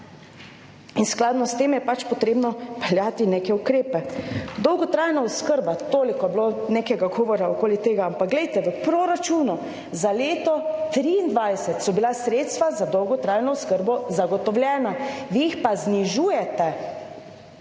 in skladno s tem je pač potrebno peljati neke ukrepe. Dolgotrajna oskrba, toliko je bilo nekega govora okoli tega, ampak glejte, v proračunu za leto 2023 so bila sredstva za dolgotrajno oskrbo zagotovljena, vi jih pa znižujete.